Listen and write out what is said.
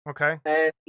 Okay